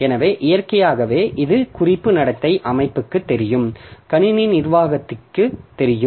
எனவே இயற்கையாகவே இது குறிப்பு நடத்தை அமைப்புக்குத் தெரியும் கணினி நிர்வாகிக்குத் தெரியும்